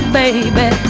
baby